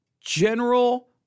general